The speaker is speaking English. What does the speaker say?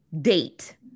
date